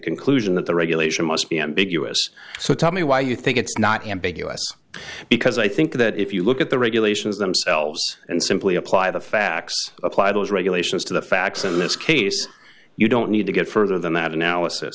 conclusion that the regulation must be ambiguous so tell me why you think it's not ambiguous because i think that if you look at the regulations themselves and simply apply the facts apply those regulations to the facts in this case you don't need to get further than that analysis